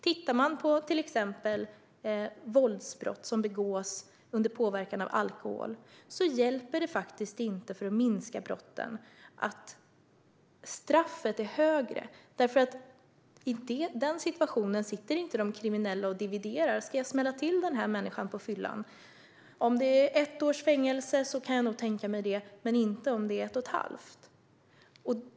När det gäller till exempel våldsbrott som begås under påverkan av alkohol kan man inte se att brotten minskar för att straffet är högre. De kriminella sitter ju inte och dividerar om de ska smälla till någon på fyllan: Om det är ett års fängelse kan jag nog tänka mig det, men inte om det är ett och ett halvt.